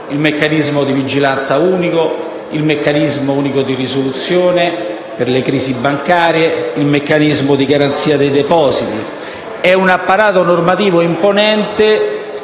il meccanismo di vigilanza unico, il meccanismo unico di risoluzione delle crisi bancarie, il meccanismo di garanzia dei depositi. Si tratta di un apparato normativo imponente,